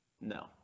No